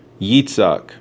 Yitzhak